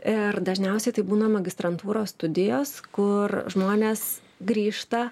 ir dažniausiai tai būna magistrantūros studijos kur žmonės grįžta